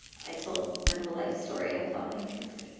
i told my whole life story, i felt like.